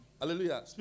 Hallelujah